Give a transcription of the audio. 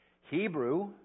Hebrew